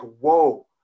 whoa